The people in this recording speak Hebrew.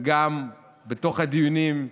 וגם בתוך הדיונים,